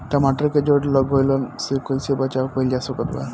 टमाटर के जड़ गलन से कैसे बचाव कइल जा सकत बा?